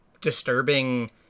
disturbing